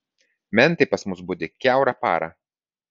mentai pas mus budi kiaurą parą